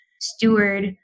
steward